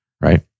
right